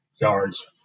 yards